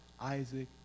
Isaac